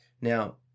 Now